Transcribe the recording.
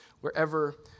wherever